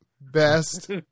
best